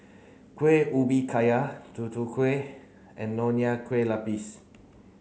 Kueh Ubi Kayu Tutu Kueh and Nonya Kueh Lapis